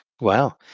Wow